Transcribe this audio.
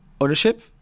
ownership